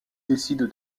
décide